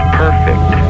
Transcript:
perfect